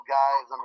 guys